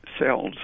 cells